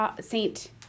saint